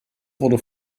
wurde